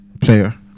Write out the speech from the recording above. player